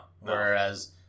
Whereas